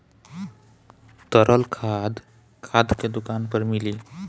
तरल खाद खाद के दुकान पर मिली